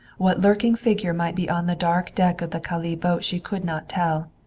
what lurking figure might be on the dark deck of the calais boat she could not tell.